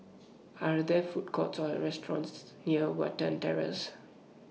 Are There Food Courts Or restaurants near Watten Terrace